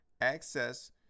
Access